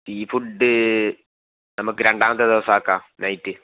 sea food നമുക്ക് രണ്ടാമത്തെ ദിവസം ആക്കാം നൈറ്റ്